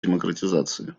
демократизации